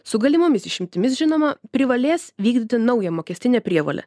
su galimomis išimtimis žinoma privalės vykdyti naują mokestinę prievolę